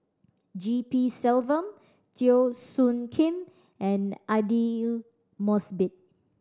G P Selvam Teo Soon Kim and Aidli Mosbit